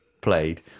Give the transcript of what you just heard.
played